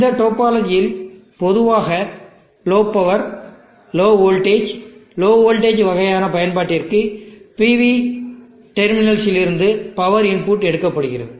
இந்த டோபொலஜி யில் பொதுவாக low power low voltage low voltage வகையான பயன்பாட்டிற்கு PV டெர்மினஸ்சில் இருந்து பவர் இன்புட் எடுக்கப்படுகிறது